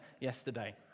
yesterday